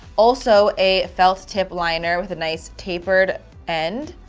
also a felt tip liner with a nice tapered end.